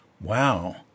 Wow